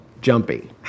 jumpy